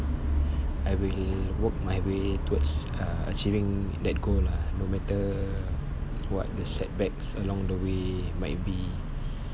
I will work my way towards uh achieving that goal lah no matter what the setbacks along the way might be